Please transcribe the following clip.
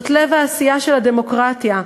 לב העשייה של הדמוקרטיה.